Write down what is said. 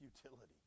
futility